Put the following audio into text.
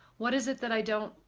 what is it that i don't.